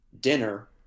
dinner